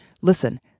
Listen